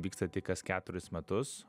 vyksta tik kas keturis metus